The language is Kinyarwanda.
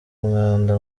umwanda